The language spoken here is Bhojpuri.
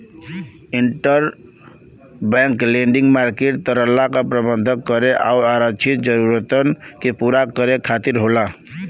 इंटरबैंक लेंडिंग मार्केट तरलता क प्रबंधन करे आउर आरक्षित जरूरतन के पूरा करे खातिर होला